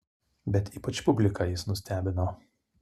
bet ypač publiką jis nustebino